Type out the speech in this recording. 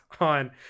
on